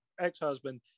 ex-husband